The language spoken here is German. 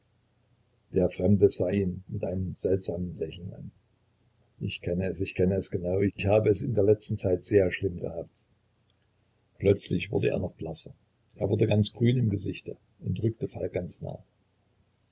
der fremde sah ihn mit einem seltsamen lächeln an ich kenne es ich kenne es sehr genau ich habe es in der letzten zeit sehr schlimm gehabt plötzlich wurde er noch blasser er wurde ganz grün im gesichte und rückte falk ganz nah